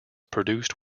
produced